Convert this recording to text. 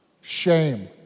Shame